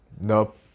Nope